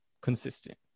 consistent